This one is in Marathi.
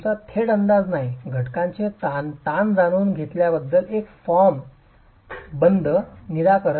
तुमचा थेट अंदाज नाही घटकांचे ताण जाणून घेतल्यास एक बंद फॉर्म निराकरण